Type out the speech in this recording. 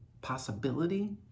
possibility